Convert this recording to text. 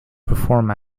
perform